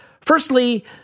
Firstly